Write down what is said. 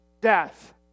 death